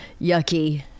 yucky